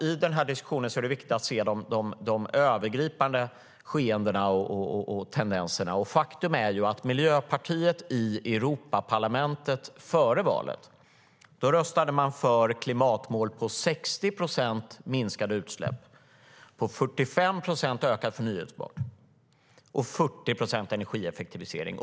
I den här diskussionen är det viktigt att se de övergripande skeendena och tendenserna. Och faktum är att före valet röstade Miljöpartiet i Europaparlamentet för klimatmål på 60 procent minskade utsläpp, 45 procent ökat förnybart och 40 procent energieffektivisering.